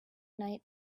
night